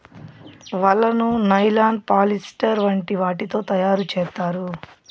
వలను nylon, polyester వంటి వాటితో తయారు చేత్తారు